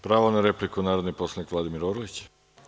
Pravo na repliku, narodni poslanik Vladimir Orlić.